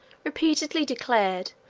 repeatedly declared,